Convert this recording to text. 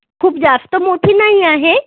खूप जास्त मोठी नाही आहे